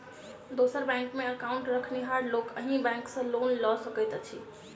दोसर बैंकमे एकाउन्ट रखनिहार लोक अहि बैंक सँ लोन लऽ सकैत अछि की?